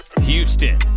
Houston